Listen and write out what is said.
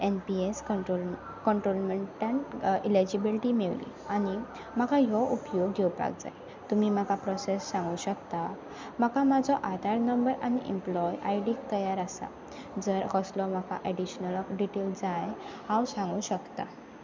N P S control कंट्रोलमँटान eligibility मेवली आनी म्हाका हो्य उपयोग घेवपाक जाय तुमी म्हाका प्रोसेस सांगूं शकता म्हाका म्हाजो आदार नंबर आनी एम्प्लोय आय डी तयार आसा जर कसलो म्हाका एडिशनल डिटेल जाय हांव सांगूं शकता